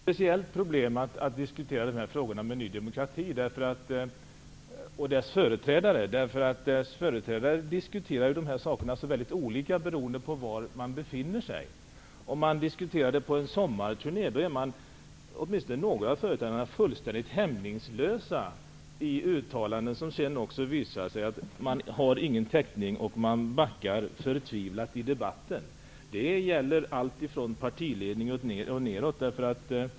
Herr talman! Det är ett speciellt problem att diskutera dessa frågor med Ny demokrati och dess företrädare, eftersom de diskuterar dessa frågor så olika beroende på var man befinner sig. Om man diskuterar på en sommarturné, är åtminstone några av partiets företrädare hämningslösa i uttalanden, som det senare visar sig att man inte har någon täckning för utan backar från. Det gäller från partiledningen och neråt.